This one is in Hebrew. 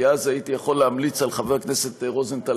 כי אז הייתי יכול להמליץ על חבר הכנסת רוזנטל.